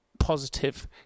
positive